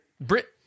Brit